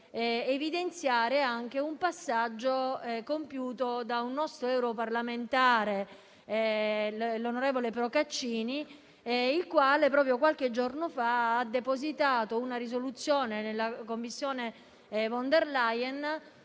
evidenziare anche un passaggio compiuto da un nostro europarlamentare, l'onorevole Procaccini, il quale proprio qualche giorno fa ha depositato una risoluzione per chiedere